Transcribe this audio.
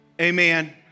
Amen